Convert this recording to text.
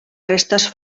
restes